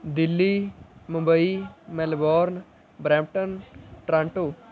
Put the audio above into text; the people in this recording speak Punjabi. Delhi Mumbai Melbourne Brampton Toronto